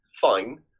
fine